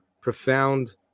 profound